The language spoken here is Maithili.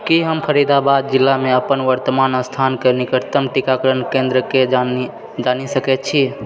की हम फरीदाबाद जिलामे अपन वर्तमान स्थानक निकटतम टीकाकरण केंन्द्रकेँ जानि सकैत छी